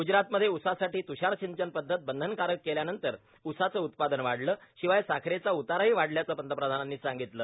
ग्जरातमध्ये ऊसासाठी तृषारसिंचन पदधत बंधनकारक केल्यानंतर ऊसाचं उत्पादन वाढलं शिवाय साखरेचा उताराही वाढल्याचं पंतप्रधानांनी सांगितलं